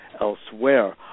elsewhere